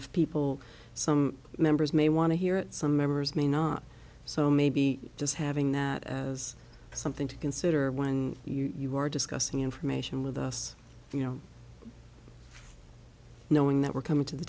if people some members may want to hear it some members may not so maybe just having that as something to consider when you are discussing information with us you know knowing that we're coming to the